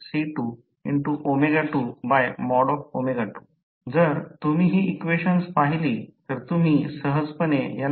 लहान आणि मध्यम आकाराच्या मोटर्स मध्ये बार आणि अंतिम रिंग डाई कास्ट अॅल्युमिनियम पासून बनविलेले असतात ज्याला अविभाज्य ब्लॉक म्हणतात